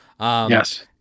Yes